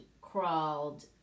crawled